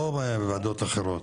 לא ועדות אחרות.